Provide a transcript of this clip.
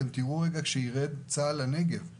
כשצה"ל ירד לנגב זה